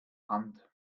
hand